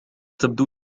تبدو